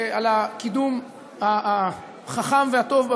על הקידום החכם והטוב בוועדה,